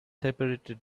separated